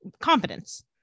Confidence